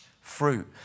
fruit